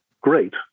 great